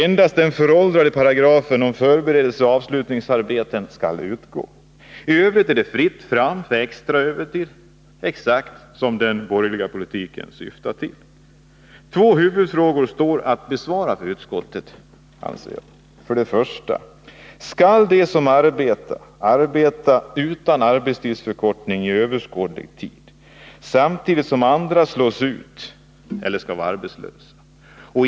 Endast den föråldrade paragrafen om förberedelseoch avslutningsarbete skall utgå. I övrigt är det fritt fram för extra övertid, exakt på det sätt som den borgerliga politiken syftat till. Två huvudfrågor finns att besvara för utskottet: Skall för det första de som arbetar inte få någon arbetstidsförkortning under överskådlig tid, samtidigt som andra slås ut eller blir arbetslösa?